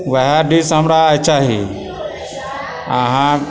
वएह डिश हमरा आइ चाही अहाँ